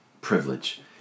privilege